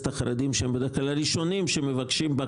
החרדים שהם בדרך כלל הראשונים שמבקשים.